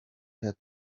had